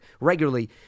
regularly